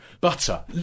Butter